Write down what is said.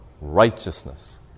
righteousness